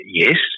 yes